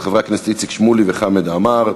של חברי הכנסת איציק שמולי וחמד עמאר.